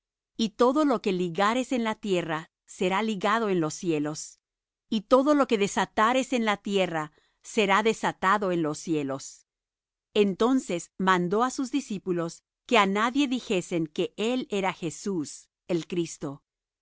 y todo lo que ligares en la tierra será ligado en los cielos y todo lo que desatares en la tierra será desatado en los cielos entonces mandó á sus discípulos que á nadie dijesen que él era jesús el cristo